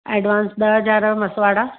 advance ॾह हज़ार मसुवाड़